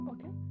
Okay